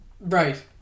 Right